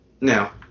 Now